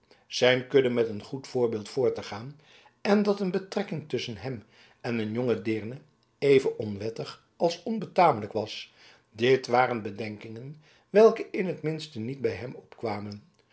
zijn kudde met een goed voorbeeld voor te gaan en dat een betrekking tusschen hem en een jonge deerne even onwettig als onbetamelijk was dit waren bedenkingen welke in het minste niet bij hem opkwamen